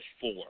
four